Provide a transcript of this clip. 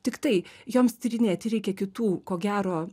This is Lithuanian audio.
tiktai joms tyrinėti reikia kitų ko gero